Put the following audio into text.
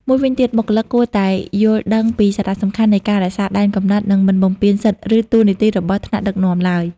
មួយវិញទៀត បុគ្គលិកគួរតែយល់ដឹងពីសារៈសំខាន់នៃការរក្សាដែនកំណត់ និងមិនបំពានសិទ្ធិ ឬតួនាទីរបស់ថ្នាក់ដឹកនាំឡើយ។